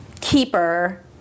keeper